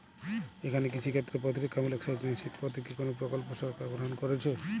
এখানে কৃষিক্ষেত্রে প্রতিরক্ষামূলক সেচ নিশ্চিত করতে কি কোনো প্রকল্প সরকার গ্রহন করেছে?